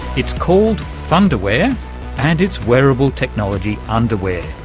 it's called fundawear and its wearable technology underwear.